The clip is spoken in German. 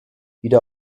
wieder